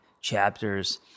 chapters